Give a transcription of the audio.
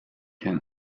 can